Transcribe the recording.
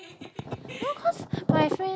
no cause my friend